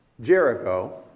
Jericho